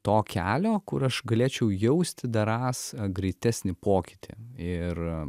to kelio kur aš galėčiau jausti darąs greitesnį pokytį ir